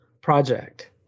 project